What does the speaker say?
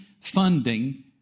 funding